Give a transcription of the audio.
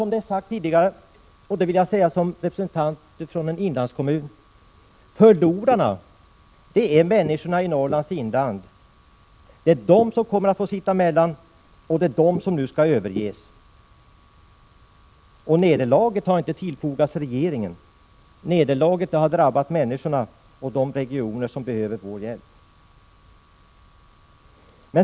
Det har sagts tidigare, och jag vill upprepa det som representant för en inlandskommun: Förlorarna är människorna i Norrlands inland. Det är de som kommer att få sitta emellan, och det är de som nu skall överges. Nederlaget har alltså inte tillfogats regeringen, utan nederlaget drabbar de människor och de regioner som behöver vår hjälp.